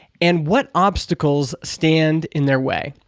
and what obstacles stand in their way?